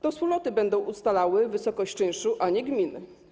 To wspólnoty będą ustalały wysokość czynszu, a nie gminy.